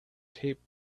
taped